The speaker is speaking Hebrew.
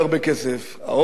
האוכל עולה הרבה כסף,